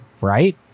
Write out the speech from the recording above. right